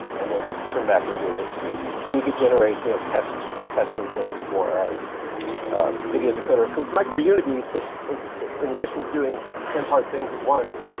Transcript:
and then turn back into a bitstream. so we could generate you know test test inputs for our video decoder, cause microunity, but in addition to doing ten hard things at once,